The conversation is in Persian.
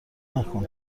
نکن